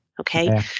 Okay